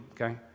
okay